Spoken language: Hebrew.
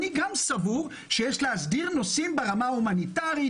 אני גם סבור שיש להסדיר נושאים ברמה ההומניטרית,